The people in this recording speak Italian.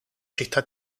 città